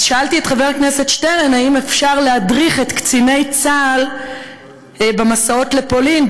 שאלתי את חבר הכנסת שטרן אם אפשר להדריך את קציני צה"ל במסעות לפולין.